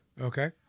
Okay